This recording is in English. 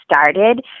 started